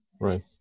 right